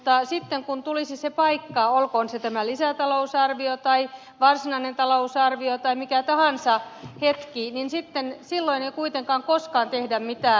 mutta sitten kun tulisi se paikka olkoon se tämä lisätalousarvio tai varsinainen talousarvio tai mikä tahansa hetki niin silloin ei kuitenkaan koskaan tehdä mitään